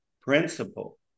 principle